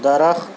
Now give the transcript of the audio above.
درخت